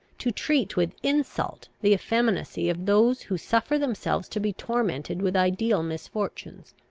to treat with insult the effeminacy of those who suffer themselves to be tormented with ideal misfortunes.